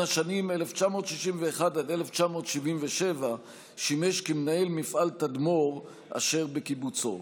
בשנים 1961 1977 שימש מנהל מפעל תדמור אשר בקיבוצו.